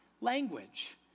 language